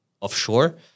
offshore